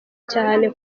cyane